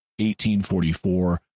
1844